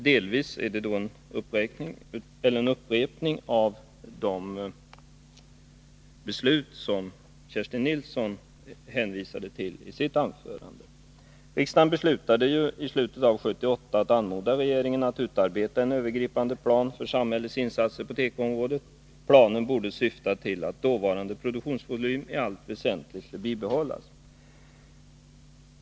Delvis är det en upprepning av de beslut som Kerstin Nilsson hänvisade till i sitt anförande. Riksdagen beslöt i slutet av 1978 att anmoda regeringen att utarbeta en övergripande plan för samhällets insatser på tekoområdet. Planen borde syfta till att den dåvarande produktionsvolymen i allt väsentligt skulle bibehållas.